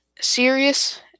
serious